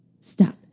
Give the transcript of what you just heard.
stop